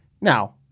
now